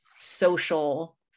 social